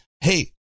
hey